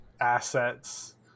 assets